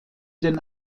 den